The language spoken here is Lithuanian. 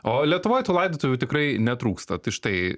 o lietuvoj tų laidotuvių tikrai netrūksta tai štai